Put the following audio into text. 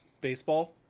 baseball